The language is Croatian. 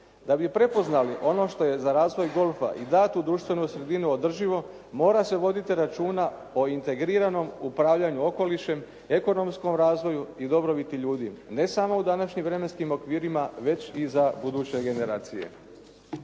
Da bi prepoznali ono što je za razvoj golfa i datu društvenu sredinu održivo mora se voditi računa o integriranom upravljanju okolišem, ekonomskom razvoju i dobrobiti ljudi. Ne samo u današnjim vremenskim okvirima već i za buduće generacije.